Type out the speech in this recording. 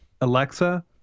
Alexa